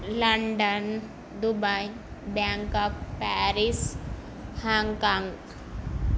London Dubai Bangkok Paris Hong Kong